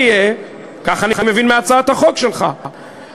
כך אני מבין מהצעת החוק שלך,